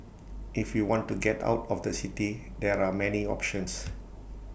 if you want to get out of the city there are many options